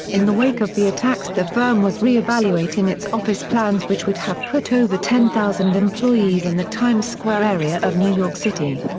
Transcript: in the wake of the attacks the firm was re-evaluating its office plans which would have put over ten thousand employees in the times square area of new york city.